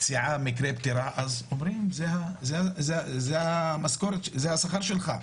פציעה או מקרה פטירה אומרים שזה השכר של האדם,